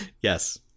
yes